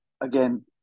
again